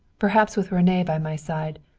perhaps with rene by my side,